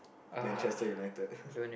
Manchester-United